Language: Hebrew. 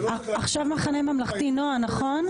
עכשיו המחנה הממלכתי, נועה, נכון?